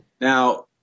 Now –